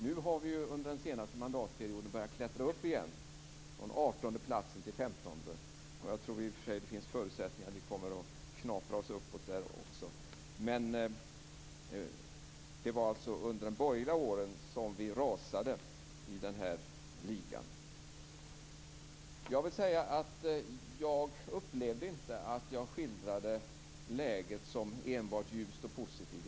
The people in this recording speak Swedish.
Nu har vi under den senaste mandatperioden börjat att klättra upp igen från 18:e till 15:e plats. Jag tror i och för sig att det finns förutsättningar för att vi kommer att knapra oss uppåt därifrån också. Det var alltså under de borgerliga åren som vi rasade i den här ligan. Jag upplevde inte att jag skildrade läget som enbart ljust och positivt.